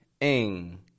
ing